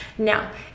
Now